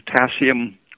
potassium